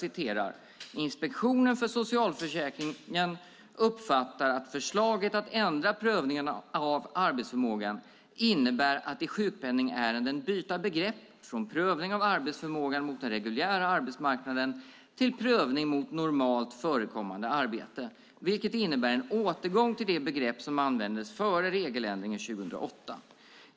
Inspektionen för socialförsäkringen "uppfattar att förslaget att ändra prövningen av arbetsförmågan innebär att i sjukpenningärenden byta begrepp från prövning av arbetsförmågan mot den reguljära arbetsmarknaden till prövning mot normalt förekommande arbete, vilket innebär en återgång till det begrepp som användes före regeländringen 2008.